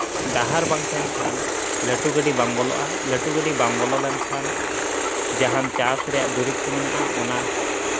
ᱰᱟᱦᱟᱨ ᱵᱟᱝ ᱛᱟᱦᱮᱱ ᱠᱷᱟᱱ ᱞᱟᱹᱴᱩ ᱜᱟᱹᱰᱤ ᱵᱟᱝ ᱵᱚᱞᱚᱜᱼᱟ ᱞᱟᱹᱴᱩ ᱜᱟᱹᱰᱤ ᱵᱟᱝ ᱵᱚᱞᱚ ᱞᱮᱱᱠᱷᱟᱱ ᱡᱟᱦᱟᱱ ᱪᱟᱥ ᱨᱮᱭᱟᱜ ᱫᱚᱨᱤᱵᱽ ᱠᱚ ᱢᱮᱱᱟᱜᱼᱟ ᱚᱱᱟ